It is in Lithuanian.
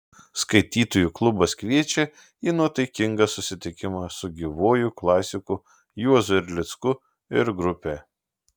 skaitytojų klubas kviečia į nuotaikingą susitikimą su gyvuoju klasiku juozu erlicku ir grupe